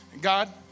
God